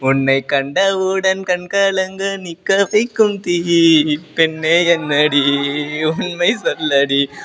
उण्णै कण्डवोडन् कण्कालङ्ग निक्कवैकुन्ति कण्णैयेन्नडि उन्मैसोल्लडि